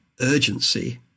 urgency